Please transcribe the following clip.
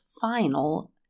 final